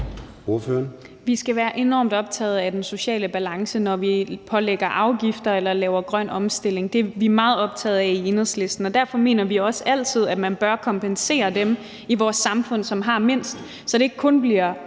Vi skal være enormt optaget af den sociale balance, når vi pålægger afgifter eller laver grøn omstilling. Det er vi meget optaget af i Enhedslisten, og derfor mener vi også altid, at man bør kompensere dem i vores samfund, som har mindst, så det ikke kun bliver